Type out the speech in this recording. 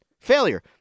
failure